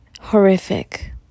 horrific